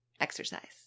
exercise